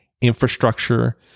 infrastructure